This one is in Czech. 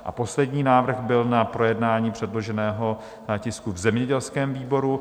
A poslední návrh byl na projednání předloženého tisku v zemědělském výboru.